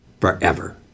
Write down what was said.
forever